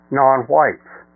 non-whites